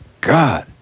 God